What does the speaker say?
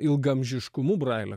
ilgaamžiškumu brailio